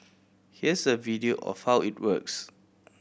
here's a video of how it works